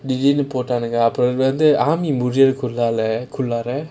திடீருனு போட்டானுங்க அப்புறம் வந்து:thideerunu potaanunga appuram vanthu army முடியது குள்ளாற:mudiyuthu kullaara